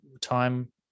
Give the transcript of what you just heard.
time